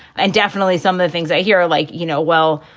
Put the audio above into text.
and definitely some of the things i hear, like, you know, well,